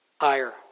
higher